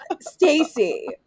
Stacy